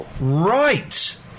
right